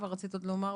אבל רצית עוד לומר,